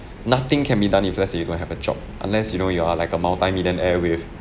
nothing can be done if let's say you don't have a job unless you know you are like a multimillionaire with